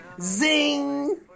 Zing